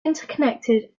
interconnected